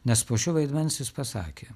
nes po šio vaidmens jis pasakė